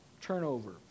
turnover